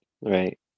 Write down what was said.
Right